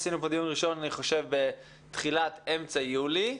עשינו פה דיון ראשון אני חושב בתחילת-אמצע יולי.